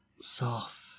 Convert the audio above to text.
Soft